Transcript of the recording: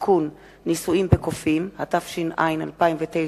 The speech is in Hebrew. (תיקון, ניסויים בקופים), התש”ע 2009,